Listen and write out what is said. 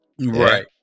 Right